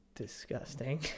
disgusting